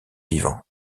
vivant